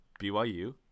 BYU